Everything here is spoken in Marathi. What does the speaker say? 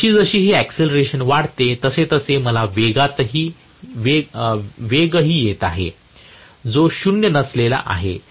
तर जसजशी ही एकसिलरेशन वाढते तसतसे मला वेगही येत आहे जो शून्य नसलेला आहे